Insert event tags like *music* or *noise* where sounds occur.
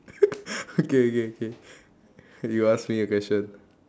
*laughs* okay K K you ask me a question